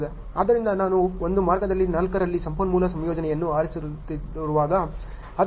ಆದ್ದರಿಂದ ನಾನು ಒಂದು ಮಾರ್ಗದಲ್ಲಿ 4 ರಲ್ಲಿ ಸಂಪನ್ಮೂಲ ಸಂಯೋಜನೆಯನ್ನು ಆರಿಸುತ್ತಿರುವಾಗ